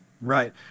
Right